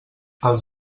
els